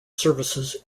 services